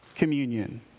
communion